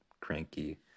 cranky